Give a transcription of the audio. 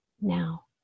now